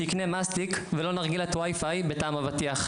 שיקנה מסטיק ולא נרגילת ווייפיי בטעם אבטיח.